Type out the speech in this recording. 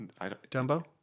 Dumbo